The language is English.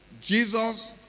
Jesus